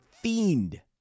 fiend